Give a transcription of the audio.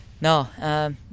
no